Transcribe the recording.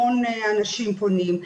המון אנשים פונים,